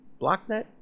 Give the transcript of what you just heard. BlockNet